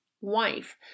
wife